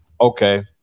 Okay